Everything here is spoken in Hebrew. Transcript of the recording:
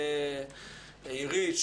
עירית,